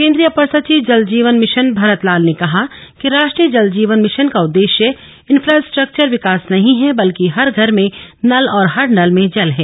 केन्द्रीय अपर सचिव जल जीवन मिशन भरत लाल ने कहा कि राष्ट्रीय जल जीवन मिशन का उद्देश्य इफ्रास्ट्रक्वर विकास नहीं है बल्कि हर घर में नल और हर नल में जल है